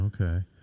okay